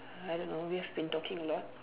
I don't know we have been talking a lot